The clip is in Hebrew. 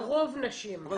הרוב נשים.